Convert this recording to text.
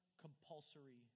compulsory